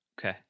Okay